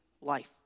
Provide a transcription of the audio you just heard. life